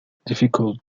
difficult